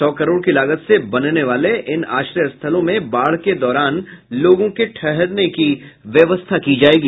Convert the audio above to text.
सौ करोड़ की लागत से बनने वाले इन आश्रय स्थलों में बाढ़ के दौरान लोगों के ठहरने की व्यवस्था की जायेगी